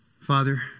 Father